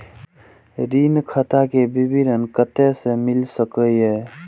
ऋण खाता के विवरण कते से मिल सकै ये?